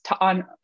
on